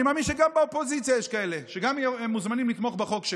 אני מאמין שגם באופוזיציה יש כאלה שגם מוזמנים לתמוך בחוק שלי.